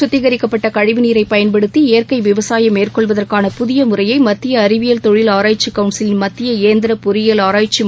சுத்திகரிக்கப்பட்ட கழிவு நீரைப் பயன்படுத்தி இயற்கை விவசாயம் மேற்கொள்வதற்கான புதிய முறையை மத்திய அறிவியல் தொழில் ஆராய்ச்சி கவுன்சிலின் மத்திய இயந்திர பொறியியல் ஆராய்ச்சி மையம் அறிமுகப்படுத்தியுள்ளது